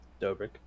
Dobrik